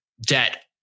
debt